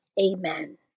Amen